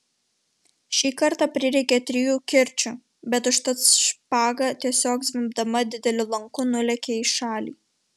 šį kartą prireikė trijų kirčių bet užtat špaga tiesiog zvimbdama dideliu lanku nulėkė į šalį